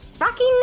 Rocky